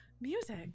music